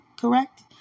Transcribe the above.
Correct